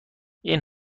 این